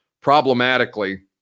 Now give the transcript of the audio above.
problematically